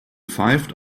pfeift